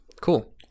cool